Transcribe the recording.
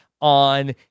on